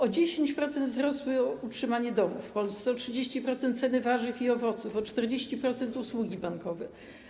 O 10% wzrosły koszty utrzymania domu w Polsce, o 30% ceny warzyw i owoców, o 40% usługi bankowe.